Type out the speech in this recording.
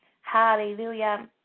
Hallelujah